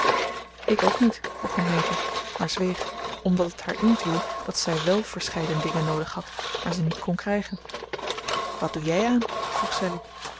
ik ook niet begon meta maar zweeg omdat het haar inviel dat zij wel verscheiden dingen noodig had maar ze niet kon krijgen wat doe jij aan